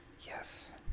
Yes